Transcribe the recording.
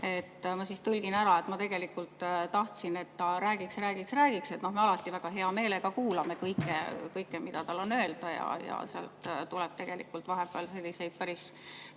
Ma tõlgin: ma tegelikult tahtsin, et ta räägiks, räägiks, räägiks. Me alati väga hea meelega kuulame kõike, mida tal on öelda, ja sealt tuleb vahepeal selliseid päris